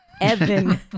Evan